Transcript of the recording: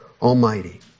Almighty